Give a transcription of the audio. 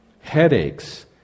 headaches